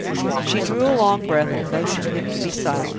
she drew a long breath, and motioned him to be silent.